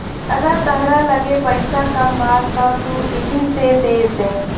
अगर तहरा लगे पईसा कम बा त तू एही से देद